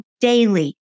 daily